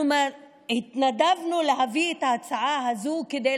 אנחנו התנדבנו להביא את ההצעה הזו כדי